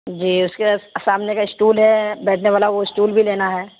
جی اس کے سامنے کا اسٹول ہے بیٹھنے والا وہ اسٹول بھی لینا ہے